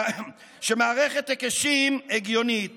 שמערכת היקשים הגיונית בקצה,